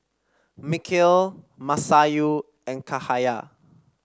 Mikhail Masayu and Cahaya